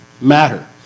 Matter